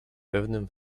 pewnym